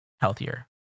healthier